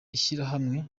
ishyirahamwe